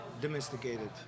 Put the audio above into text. domesticated